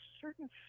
certain